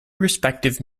respective